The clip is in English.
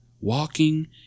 walking